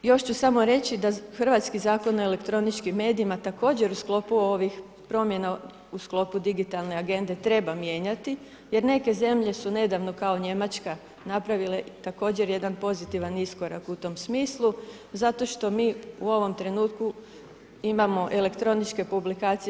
Još ću samo reći da hrvatski Zakon o elektroničkim medijima također u sklopu ovih promjena, u sklopu Digitalne agende treba mijenjati jer neke zemlje su nedavno kao Njemačka napravile također jedan pozitivan iskorak u tom smislu zato što mi u ovom trenutku imamo elektroničke publikacije.